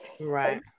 Right